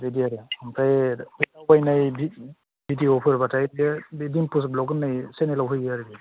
बेबायदि आरो ओमफाय फरायनाय भिडिअफोरब्लाथाय बियो बे डिम्पुस भ्लग होननाय चेनेलाव होयो आरो बियो